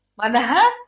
manaha